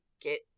get